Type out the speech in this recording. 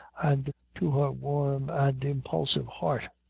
and to her warm and impulsive heart.